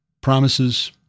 promises